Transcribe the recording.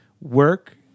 work